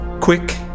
Quick